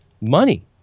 money